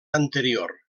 anterior